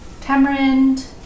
tamarind